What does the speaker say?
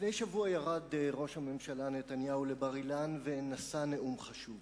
לפני שבוע ירד ראש הממשלה נתניהו לבר-אילן ונשא נאום חשוב.